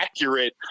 accurate